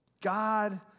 God